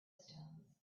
stones